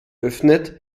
öffnet